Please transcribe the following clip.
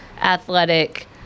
athletic